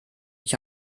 ich